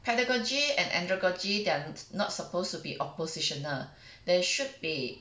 pedagogy and andragogy they're not supposed to be oppositional there should be